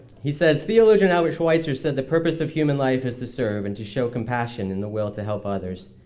he says theologian albert schweitzer said the purpose of human life is to serve and to show compassion and the will to help others.